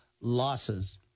losses